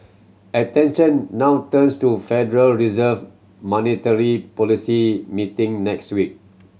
attention now turns to Federal Reserve monetary policy meeting next week